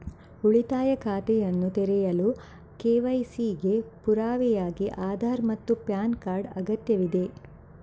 ಉಳಿತಾಯ ಖಾತೆಯನ್ನು ತೆರೆಯಲು ಕೆ.ವೈ.ಸಿ ಗೆ ಪುರಾವೆಯಾಗಿ ಆಧಾರ್ ಮತ್ತು ಪ್ಯಾನ್ ಕಾರ್ಡ್ ಅಗತ್ಯವಿದೆ